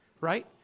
right